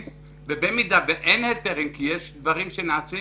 ובמידה ואין היתרים כי לצערנו יש דברים שנעשים